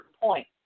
point